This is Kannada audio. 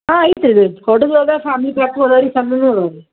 ಹಾಂ ಆಯ್ತು ರೀ ಕೊಡೋದಾರ ಫ್ಯಾಮಿಲಿ ಪ್ಯಾಕು ಅದೇ ರೀ ಸಣ್ಣದು ಅದಾ ರೀ